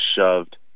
shoved